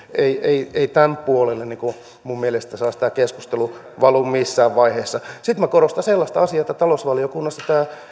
ei ei tämän puolelle minun mielestäni saisi tämä keskustelu valua missään vaiheessa sitten minä korostan sellaista asiaa että talousvaliokunnassa